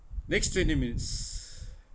next twenty minutes